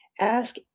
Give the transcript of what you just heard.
Ask